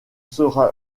sera